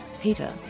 Peter